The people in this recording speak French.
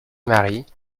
marie